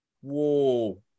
whoa